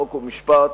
חוק ומשפט,